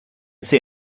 see